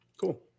Cool